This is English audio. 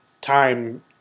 time